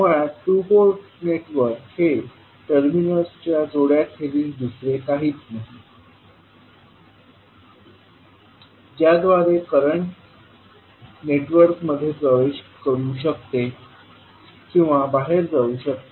मुळात two port network हे टर्मिनल्सच्या जोड्या खेरीज दुसरे काहीच नाही ज्याद्वारे करंट नेटवर्क मध्ये प्रवेश करू शकते किंवा बाहेर जाऊ शकते